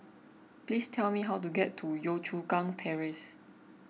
please tell me how to get to Yio Chu Kang Terrace